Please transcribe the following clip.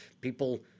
People